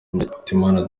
ntakirutimana